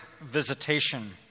visitation